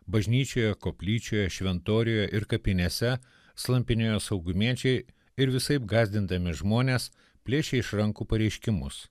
bažnyčioje koplyčioje šventoriuje ir kapinėse slampinėjo saugumiečiai ir visaip gąsdindami žmones plėšė iš rankų pareiškimus